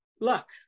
luck